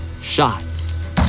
shots